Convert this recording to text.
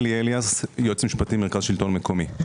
אלי אליאס, יועץ משפטי, מרכז שלטון מקומי.